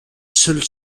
seul